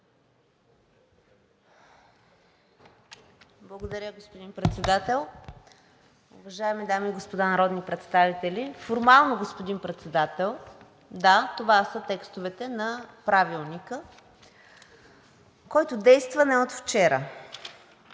Благодаря, господин Председател. Уважаеми дами и господа народни представители! Господин Председател, да, това са текстовете на Правилника, който действа не от вчера,